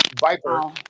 Viper